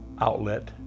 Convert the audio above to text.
outlet